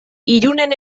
irunen